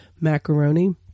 macaroni